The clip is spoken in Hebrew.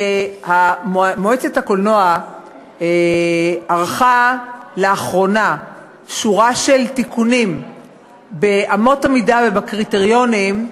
שמועצת הקולנוע ערכה לאחרונה שורה של תיקונים באמות המידה ובקריטריונים,